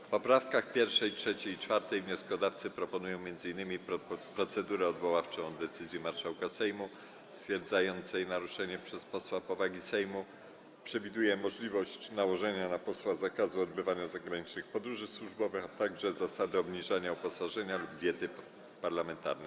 W poprawkach 1., 3. i 4. wnioskodawcy proponują m.in. procedurę odwoławczą od decyzji marszałka Sejmu stwierdzającej naruszenie przez posła powagi Sejmu, przewidują możliwość nałożenia na posła zakazu odbywania zagranicznych podróży służbowych, a także proponują zasady obniżania uposażenia lub diety parlamentarnej.